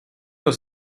was